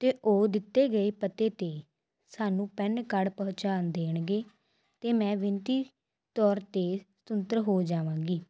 ਅਤੇ ਉਹ ਦਿੱਤੇ ਗਏ ਪਤੇ 'ਤੇ ਸਾਨੂੰ ਪੈਨ ਕਾਡ ਪਹੁੰਚਾ ਦੇਣਗੇ ਅਤੇ ਮੈਂ ਬੇਨਤੀ ਤੌਰ 'ਤੇ ਸੁਤੰਤਰ ਹੋ ਜਾਵਾਂਗੀ